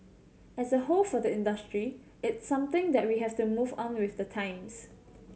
as a whole for the industry it's something that we have to move on with the times